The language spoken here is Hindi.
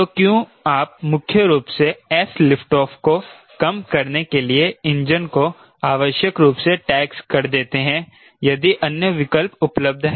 तो क्यों आप मुख्य रूप से s लिफ्ट ऑफ को कम करने के लिए इंजन को अनावश्यक रूप से टैक्स कर देते हैं यदि अन्य विकल्प उपलब्ध हैं